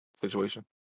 situation